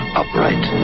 upright